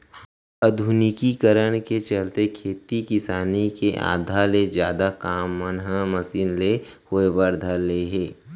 आधुनिकीकरन के चलते खेती किसानी के आधा ले जादा काम मन ह मसीन ले होय बर धर ले हे